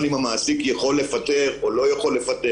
אם המעסיק יכול לפטר או לא יכול לפטר,